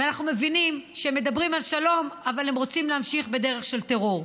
ואנחנו מבינים שהם מדברים על שלום אבל הם רוצים להמשיך בדרך של טרור.